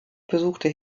besuchte